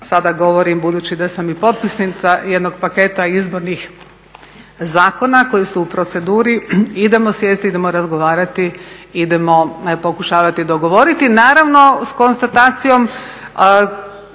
sada govorim budući da sam i potpisnica jednog paketa izbornih zakona koji su u proceduri, idemo sjesti i idemo razgovarati i pokušavati dogovoriti, naravno s konstatacijom